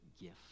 gift